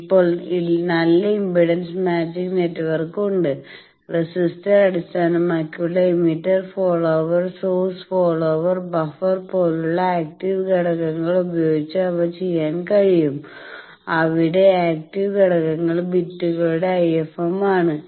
ഇപ്പോൾ നല്ല impedance matching network ഉണ്ട് ട്രാൻസിസ്റ്റർ അടിസ്ഥാനമാക്കിയുള്ള emitter follower source follower buffer പോലുള്ള ആക്റ്റീവ് ഘടകങ്ങൾ ഉപയോഗിച്ച് അവ ചെയ്യാൻ കഴിയും അവിടെ ആക്റ്റീവ് ഘടകങ്ങൾ ബിറ്റുകൾ IFM ആണ്